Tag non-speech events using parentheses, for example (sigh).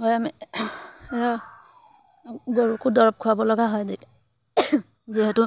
হয় আমি (unintelligible) গৰুকো দৰৱ খুৱাব লগা হয় যেতিয়া যিহেতু